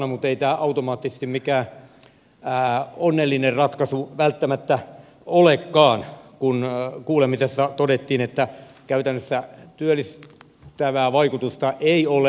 mutta ei tämä automaattisesti mikään onnellinen ratkaisu välttämättä olekaan kun kuulemisessa todettiin että käytännössä työllistävää vaikutusta ei ole